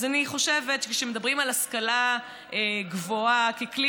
אז אני חושבת שכשמדברים על השכלה גבוהה ככלי